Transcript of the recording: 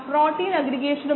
7 minus 20 minus 2